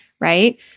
right